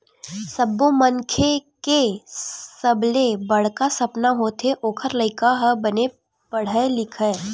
सब्बो मनखे के सबले बड़का सपना होथे ओखर लइका ह बने पड़हय लिखय